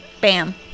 Bam